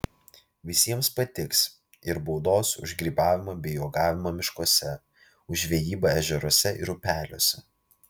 visiems patiks ir baudos už grybavimą bei uogavimą miškuose už žvejybą ežeruose ir upeliuose